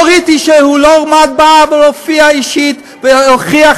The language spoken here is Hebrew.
לא ראיתי שהוא לא עמד והופיע אישית והכריח